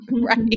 Right